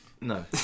no